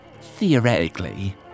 Theoretically